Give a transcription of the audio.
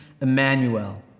Emmanuel